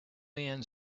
man